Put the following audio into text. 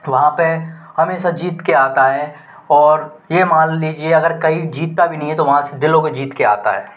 वहाँ पर हमेशा जीत के आता है और ये मान लीजिए अगर कहीं जीतता भी नहीं है तो वहाँ से दिलों को जीत के आता है